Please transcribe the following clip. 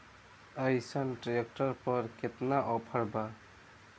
अइसन ट्रैक्टर पर केतना ऑफर बा?